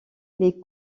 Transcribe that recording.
les